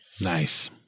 Nice